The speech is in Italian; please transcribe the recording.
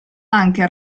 anche